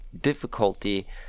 difficulty